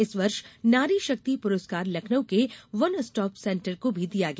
इस वर्ष नारी शक्ति पुरस्कायर लखनऊ के वन स्टॉप सेंटर को भी दिया गया